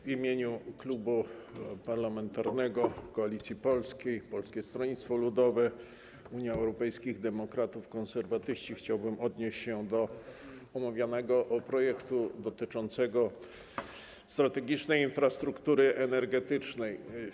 W imieniu Klubu Parlamentarnego Koalicja Polska - Polskie Stronnictwo Ludowe - Unia Europejskich Demokratów - Konserwatyści chciałbym odnieść się do omawianego projektu dotyczącego strategicznej infrastruktury energetycznej.